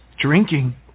Drinking